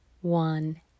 one